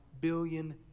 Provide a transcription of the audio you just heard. billion